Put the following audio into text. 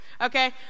Okay